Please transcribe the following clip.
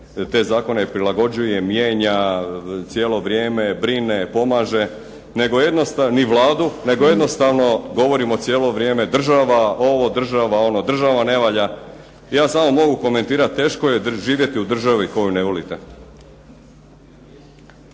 te zakone prilagođava, mijenja, cijelo vrijeme brine, pomaže, ni Vladu, nego jednostavno govorimo cijelo vrijeme država ovo, država ono. Država ne valja. Ja samo mogu komentirati, teško je živjeti u državi koju ne volite.